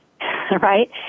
right